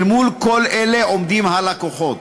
אל מול כל אלה עומדים הלקוחות: